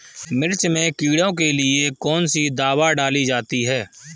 मिर्च में कीड़ों के लिए कौनसी दावा डाली जाती है?